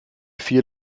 vier